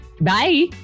Bye